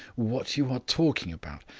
what you are talking about.